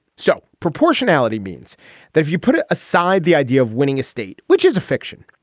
so proportionality means that if you put it aside, the idea of winning a state, which is a fiction,